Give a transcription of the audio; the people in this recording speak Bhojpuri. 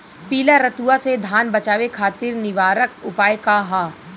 पीला रतुआ से धान बचावे खातिर निवारक उपाय का ह?